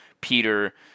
Peter